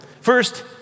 First